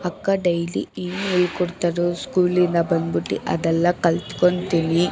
ಅಕ್ಕ ಡೈಲಿ ಏನು ಹೇಳ್ಕೊಡ್ತಾರೋ ಸ್ಕೂಲಿಂದ ಬಂದ್ಬಿಟ್ಟು ಅದೆಲ್ಲ ಕಲ್ತ್ಕೊತೀನಿ